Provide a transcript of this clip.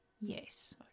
Yes